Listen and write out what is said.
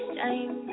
time